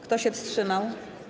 Kto się wstrzymał?